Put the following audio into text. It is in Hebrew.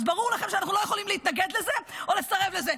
אז ברור לכם שאנחנו לא יכולים להתנגד לזה או לסרב לזה.